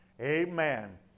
Amen